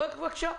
בבקשה.